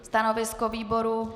Stanovisko výboru?